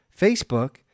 Facebook